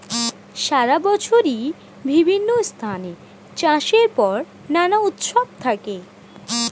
সারা বছরই বিভিন্ন স্থানে চাষের পর নানা উৎসব থাকে